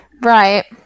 right